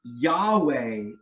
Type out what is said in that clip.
yahweh